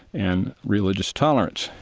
and religious tolerance.